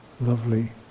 lovely